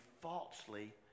falsely